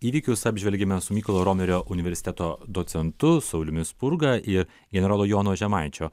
įvykius apžvelgiame su mykolo romerio universiteto docentu sauliumi spurga ir generolo jono žemaičio